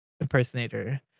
impersonator